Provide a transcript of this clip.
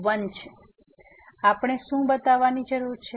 તેથી આપણે શું બતાવવાની જરૂર છે